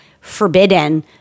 forbidden